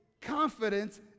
confidence